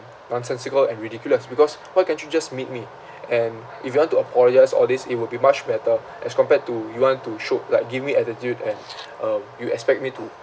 nonsensical and ridiculous because why can't you just meet me and if you want to apologise all these it will be much better as compared to you want to show like give me attitude and um you expect me to